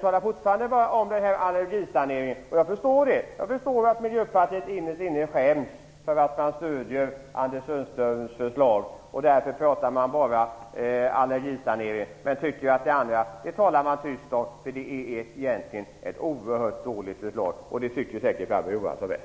Barbro Johansson bara om allergisaneringen. Jag förstår det, jag förstår att Miljöpartiet innerst inne skäms för att man stödjer Anders Sundströms förslag, och därför pratar man bara allergisanering. Det andra talar man tyst om, för det är egentligen ett oerhört dåligt förslag, och det tycker säkert Barbro Johansson med.